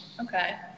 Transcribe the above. Okay